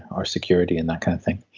our security and that kind of thing.